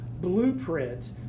blueprint